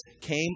came